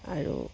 আৰু